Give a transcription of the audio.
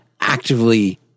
actively